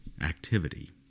activity